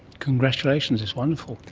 congratulations, it's wonderful.